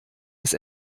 ist